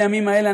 בימים האלה,